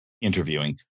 interviewing